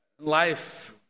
life